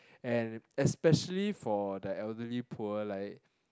and especially for the elderly poor like